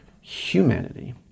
humanity